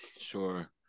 sure